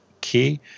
key